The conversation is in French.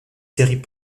séries